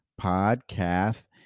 podcast